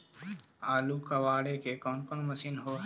आलू कबाड़े के कोन मशिन होब है?